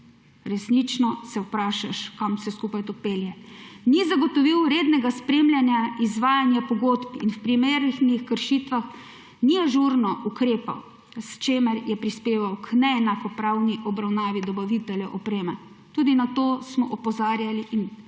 Resnično se vprašaš, kam vse skupaj to pelje. Ni zagotovil rednega spremljanja izvajanja pogodb in v primerih kršitev ni ažurno ukrepal, s čimer je prispeval k neenakopravni obravnavi dobaviteljev opreme. Tudi na to smo opozarjali in v poročilu